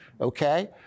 okay